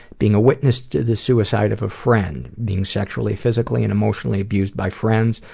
being a witness to the suicide of a friend, being sexually, physically, and emotionally abused by friends,